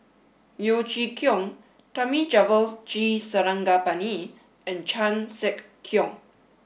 Yeo Chee Kiong Thamizhavel G Sarangapani and Chan Sek Keong